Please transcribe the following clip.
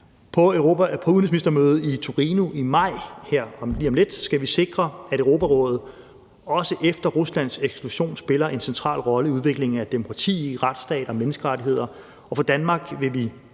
På udenrigsministermødet i Torino i maj, det er her lige om lidt, skal vi sikre, at Europarådet også efter Ruslands eksklusion spiller en central rolle i udviklingen af demokrati, retsstat og menneskerettigheder,